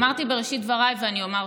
אמרתי בראשית דבריי ואני אומר שוב: